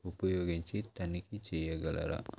ఉపయోగించి తనిఖీ చేయగలరా